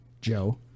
Joe